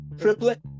triplet